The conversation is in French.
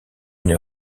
une